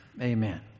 amen